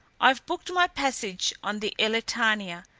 i've booked my passage on the elletania,